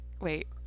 wait